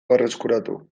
berreskuratu